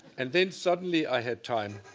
and then suddenly i had time.